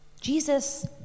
Jesus